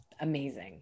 amazing